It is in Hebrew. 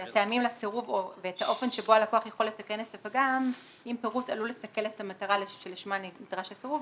והפטור שמדבר על סיכול המטרה שלשמה נדרש הסירוב,